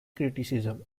criticism